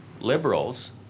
Liberals